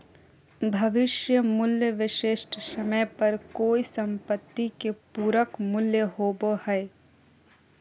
भविष्य मूल्य विशिष्ट समय पर कोय सम्पत्ति के पूरक मूल्य होबो हय